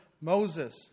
Moses